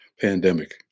pandemic